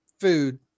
food